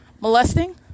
molesting